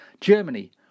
Germany